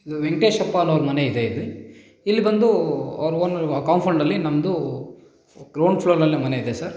ಇದು ವೆಂಕಟೇಶಪ್ಪ ಅನ್ನೋರ ಮನೆ ಇದೆ ಇಲ್ಲಿ ಇಲ್ಲಿ ಬಂದು ಅವ್ರು ಓನರು ಆ ಕಾಂಫೌಂಡ್ ಅಲ್ಲಿ ನಮ್ಮದೂ ಗ್ರೌಂಡ್ ಫ್ಲೋರ್ ಅಲ್ಲಿ ನಮ್ಮ ಮನೆ ಇದೆ ಸರ್